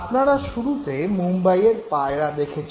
আপনারা শুরুতে মুম্বাইয়ে পায়রা দেখেছেন